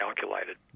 calculated